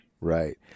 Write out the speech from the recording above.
Right